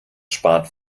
spart